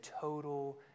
total